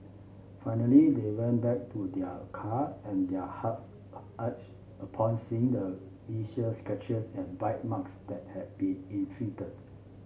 finally they went back to their car and their hearts upon seeing the scratches and bite marks that had been inflicted